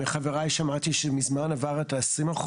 מחבריי שמעתי שהוא מזמן עבר את ה-20%